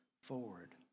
forward